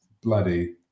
bloody